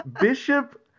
Bishop